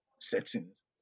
settings